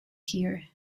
here